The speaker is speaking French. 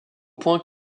point